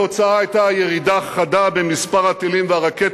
אתה בסכנה.